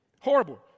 Horrible